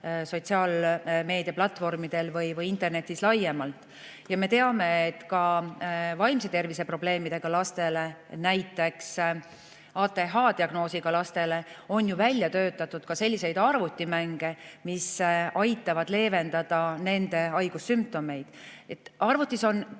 positiivsed ja ka lapsi arendavad. Ja me teame, et ka vaimse tervise probleemidega lastele, näiteks ATH-diagnoosiga lastele, on välja töötatud ka selliseid arvutimänge, mis aitavad leevendada nende haigussümptomeid. Arvutis on palju